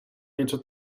něco